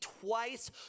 twice